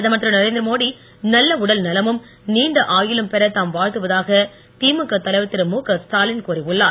பிரதமர் இரு நரேந்திரமோடி நல்ல உடல் நலழும் நீண்ட ஆயுளும் பெறத் தாம் வாழ்த்துவதாக திமுக தலைவர் திரு முக ஸ்டாலின் கூறி உள்ளார்